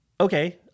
okay